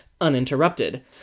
uninterrupted